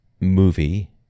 movie